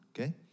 okay